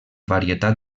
varietat